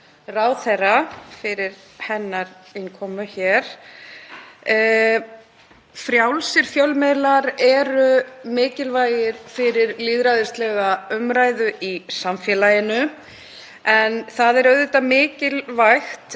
ráðherra fyrir hennar innkomu hér. Frjálsir fjölmiðlar eru mikilvægir fyrir lýðræðislega umræðu í samfélaginu en það er auðvitað mikilvægt